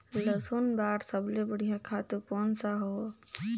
लसुन बार सबले बढ़िया खातु कोन सा हो?